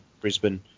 Brisbane